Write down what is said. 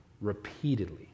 repeatedly